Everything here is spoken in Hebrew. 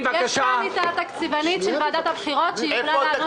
יש כאן תקציבנית של ועדת הבחירות והיא יכולה לענות לכם על השאלות.